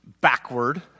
backward